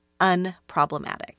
unproblematic